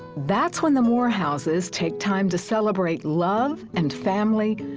that's when the moorehouses take time to celebrate love and family,